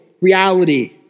reality